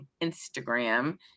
Instagram